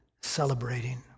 celebrating